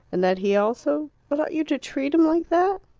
and that he also but ought you to treat him like that?